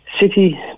city